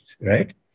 right